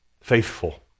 faithful